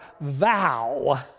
vow